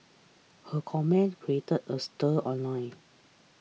her comments created a stir online